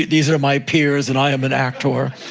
these are my peers and i am an ac-tor.